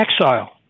exile